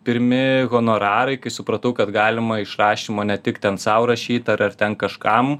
pirmi honorarai kai supratau kad galima iš rašymo ne tik ten sau rašyt ar ar ten kažkam